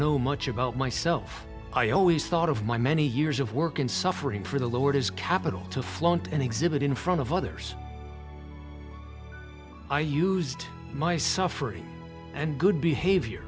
know much about myself i always thought of my many years of work in suffering for the lord as capital to flaunt and exhibit in front of others i used my suffering and good behavior